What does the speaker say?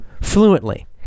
fluently